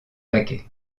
paquet